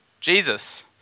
Jesus